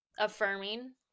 affirming